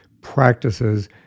practices